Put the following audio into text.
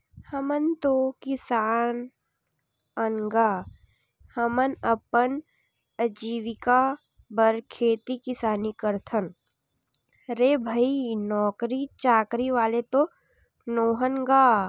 हमन तो किसान अन गा, हमन अपन अजीविका बर खेती किसानी करथन रे भई नौकरी चाकरी वाले तो नोहन गा